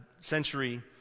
century